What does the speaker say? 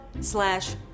slash